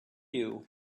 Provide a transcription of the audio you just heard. you